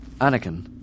Anakin